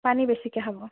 পানী বেছিকৈ খাব